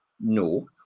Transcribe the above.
No